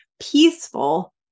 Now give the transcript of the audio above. peaceful